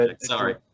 Sorry